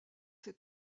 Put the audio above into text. c’est